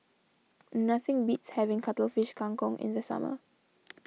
nothing beats having Cuttlefish Kang Kong in the summer